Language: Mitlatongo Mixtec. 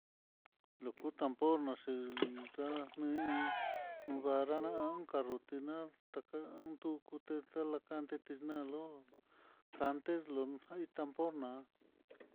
Lukuntan pornoxil tá nu ihó barana alkan rrutina taka tukuté talakante tixlalo kande loxjai tambor ná.